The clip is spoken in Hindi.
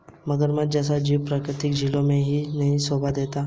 मगरमच्छ जैसा जीव प्राकृतिक झीलों में ही शोभा देता है